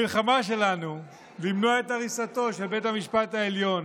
המלחמה שלנו למנוע את הריסתו של בית המשפט העליון,